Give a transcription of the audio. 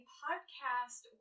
podcast